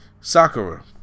Sakura